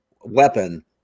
weapon